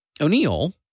O'Neill